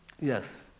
Yes